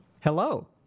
Hello